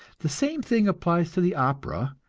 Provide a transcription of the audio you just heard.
the same thing applies to the opera,